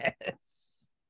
yes